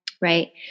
right